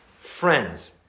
Friends